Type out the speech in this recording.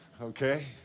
Okay